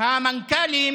המנכ"לים